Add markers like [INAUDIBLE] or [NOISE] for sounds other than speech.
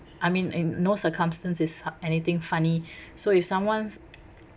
I mean in no circumstance is uh anything funny [BREATH] so if someone's